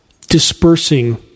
dispersing